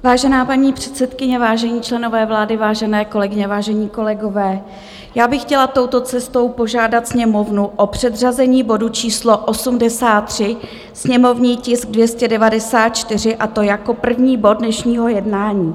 Vážená paní předsedkyně, vážení členové vlády, vážené kolegyně, vážení kolegové, já bych chtěla touto cestou požádat Sněmovnu o předřazení bodu číslo 83, sněmovní tisk 294, a to jako první bod dnešního jednání.